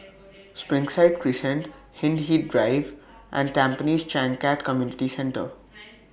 Springside Crescent Hindhede Drive and Tampines Changkat Community Centre